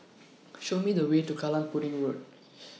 Show Me The Way to Kallang Pudding Road